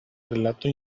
relato